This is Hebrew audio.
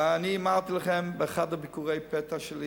ואני אמרתי לכם, באחד מביקורי הפתע שלי